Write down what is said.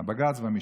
בג"ץ והמשטרה.